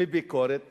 וביקורת